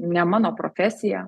ne mano profesija